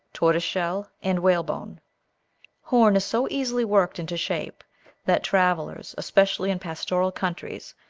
tortoiseshell, and whalebone horn is so easily worked into shape that travellers, especially in pastoral countries,